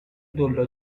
دولا